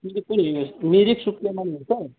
मिरिक पनि मिरिक सुखियामा पनि हुन्छ